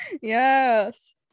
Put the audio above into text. Yes